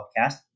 podcast